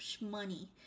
money